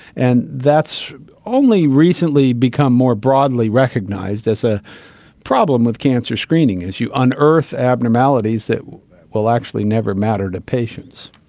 and that's only recently become more broadly recognised as a problem with cancer screening, is you unearth abnormalities that will actually never matter to patients.